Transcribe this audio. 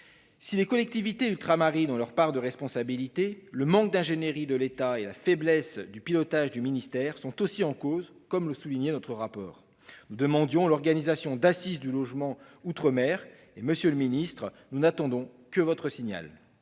Si les collectivités ultramarines ont leur part de responsabilité dans cette situation, le manque d'ingénierie de l'État et la faiblesse du pilotage du ministère sont également en cause, comme nous le soulignions dans notre rapport. Nous y demandions l'organisation d'assises du logement outre-mer ; monsieur le ministre, nous n'attendons que votre signal.